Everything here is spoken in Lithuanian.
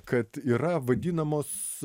kad yra vadinamos